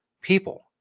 people